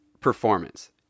performance